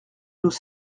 nous